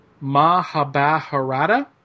Mahabharata